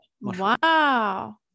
wow